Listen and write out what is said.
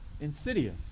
insidious